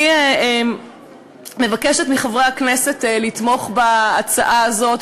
אני מבקשת מחברי הכנסת לתמוך בהצעה הזאת,